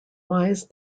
wise